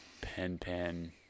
Pen-pen